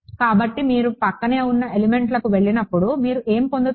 కాబట్టి మీరు ప్రక్కనే ఉన్న ఎలిమెంట్లకు వెళ్లినప్పుడు మీరు ఏమి పొందుతారు